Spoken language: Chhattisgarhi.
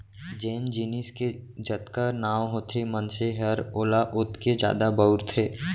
जेन जिनिस के जतका नांव होथे मनसे हर ओला ओतके जादा बउरथे